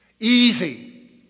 Easy